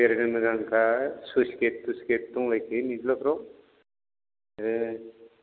बेरायनो मोजांखा sluice gate थुइसगेट दंलाय खायो निज्लाफ्राव